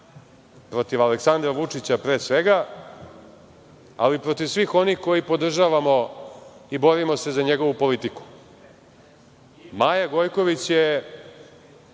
protiv Aleksandra Vučića, pre svega, ali i protiv svih onih koji podržavamo i borimo se za njegovu politiku. Maja Gojković je